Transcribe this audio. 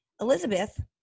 Elizabeth